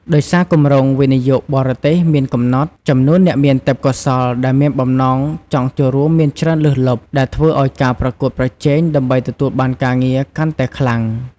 ដោយសារគម្រោងវិនិយោគបរទេសមានកំណត់ ចំនួនអ្នកមានទេពកោសល្យដែលមានបំណងចង់ចូលរួមមានច្រើនលើសលប់ ដែលធ្វើឱ្យការប្រកួតប្រជែងដើម្បីទទួលបានការងារកាន់តែខ្លាំង។